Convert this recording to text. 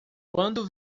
quando